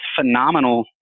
phenomenal